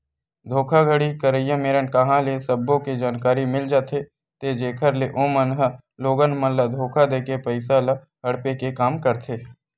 धोखाघड़ी करइया मेरन कांहा ले सब्बो के जानकारी मिल जाथे ते जेखर ले ओमन ह लोगन मन ल धोखा देके पइसा ल हड़पे के काम करथे